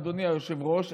אדוני היושב-ראש,